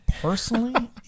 Personally